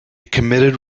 committed